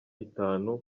itanu